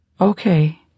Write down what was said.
Okay